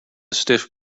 stiff